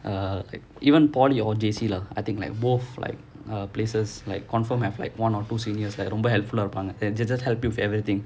err even polytechnic or J_C lah I think like both like err places like confirm have like one or two seniors ரொம்ப:romba helpful eh இருப்பாங்க:irupaanga they just help you with everything